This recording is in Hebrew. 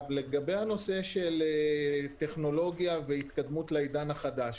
לגבי הנושא של טכנולוגיה והתקדמות לעידן החדש,